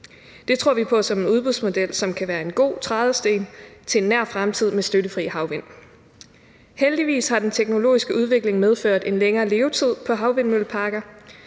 Det tror vi på som en udbudsmodel, som kan være en god trædesten til en nær fremtid med støttefri havvind. Heldigvis har den teknologiske udvikling medført en længere levetid på havvindmølleparker,